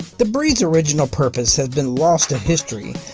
the breed's original purpose has been lost to history,